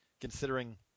considering